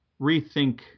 rethink